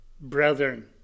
brethren